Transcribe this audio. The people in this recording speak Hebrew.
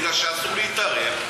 מפני שאסור להתערב.